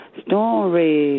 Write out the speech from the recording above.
story